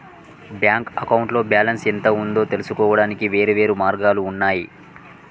bank అకౌంట్లో balance ఎంత ఉందో తెలుసుకోవడానికి వేర్వేరు మార్గాలు ఉన్నయి